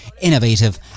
innovative